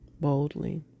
boldly